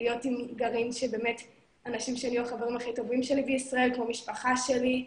להיות עם אנשים שהם החברים הכי טובים שלי בישראל והם כמו משפחה שלי,